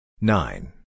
nine